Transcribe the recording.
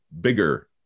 bigger